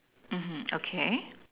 um hmm okay